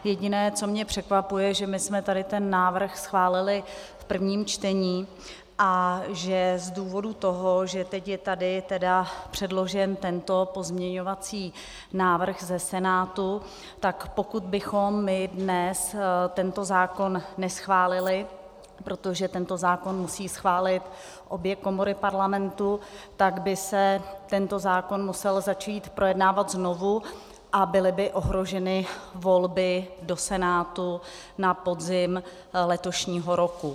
Jediné, co mě překvapuje, že my jsme tady ten návrh schválili v prvním čtení a že z důvodu toho, že teď je tady předložen tento pozměňovací návrh ze Senátu, tak pokud bychom my dnes tento zákon neschválili, protože tento zákon musí schválit obě komory Parlamentu, tak by se tento zákon musel začít projednávat znovu a byly by ohroženy volby do Senátu na podzim letošního roku.